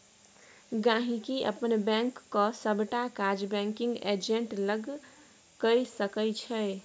गांहिकी अपन बैंकक सबटा काज बैंकिग एजेंट लग कए सकै छै